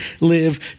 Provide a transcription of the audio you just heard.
live